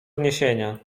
zniesienia